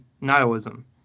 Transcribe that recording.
nihilism